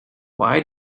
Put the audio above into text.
why